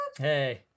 Hey